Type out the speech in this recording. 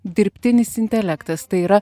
dirbtinis intelektas tai yra